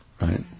right